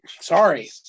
sorry